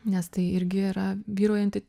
nes tai irgi yra vyraujanti